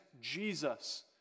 Jesus